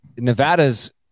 Nevada's